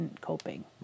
coping